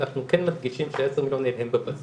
אנחנו כן מדגישים שעשרה המיליון הם בבסיס,